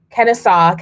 Kennesaw